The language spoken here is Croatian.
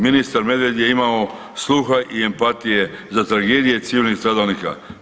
Ministar Medved je imao sluha i empatije za tragedije civilnih stradalnika.